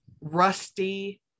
rusty